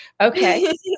Okay